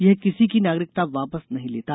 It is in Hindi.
यह किसी की नागरिकता वापस नहीं लेता